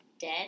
dead